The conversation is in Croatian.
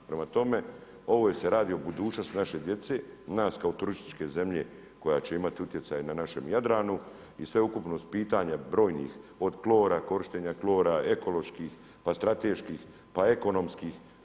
Prema tome, ovdje se radi o budućnosti naše djece, nas kao turističke zemlje koja će imati utjecaj na našem Jadranu i sveukupno pitanja brojnih od klora korištenja klora, ekoloških, pa strateških, pa ekonomskih.